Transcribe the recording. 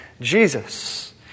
Jesus